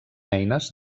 eines